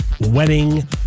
Wedding